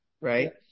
right